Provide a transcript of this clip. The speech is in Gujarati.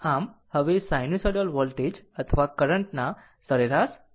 આમ હવે સાઈનુસાઇડલ વોલ્ટેજ અથવા કરંટ ના સરેરાશ અને RMS મૂલ્યો જોઈશું